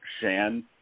Shan